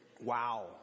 Wow